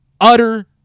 Utter